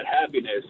happiness